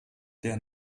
der